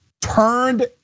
turned